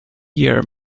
year